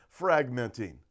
fragmenting